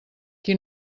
qui